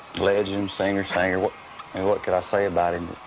legend, singer's singer what and what can i say about him